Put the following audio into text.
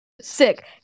Sick